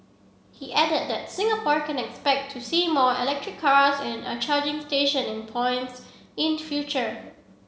he added that Singapore can expect to see more electric cars and are charging station and points in future